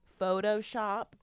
Photoshop